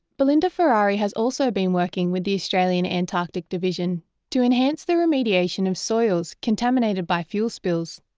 belinda ferrari has also been working with the australian antarctic division to enhance the remediation of soils contaminated by fuel spills.